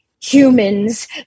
humans